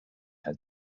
had